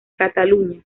cataluña